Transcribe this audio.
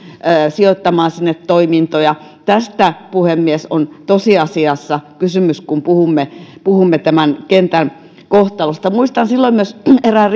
sijoittamaan sinne toimintoja tästä puhemies on tosiasiassa kysymys kun puhumme puhumme tämän kentän kohtalosta muistan myös erään